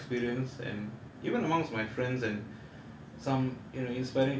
and personally from my own experience and even amongst my friends and